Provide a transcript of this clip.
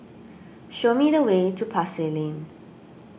show me the way to Pasar Lane